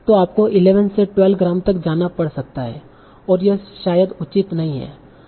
तों आपको 11 से 12 ग्राम तक जाना पड़ सकता है और यह शायद उचित नहीं है